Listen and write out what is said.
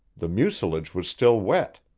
the mucilage was still wet.